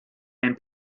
and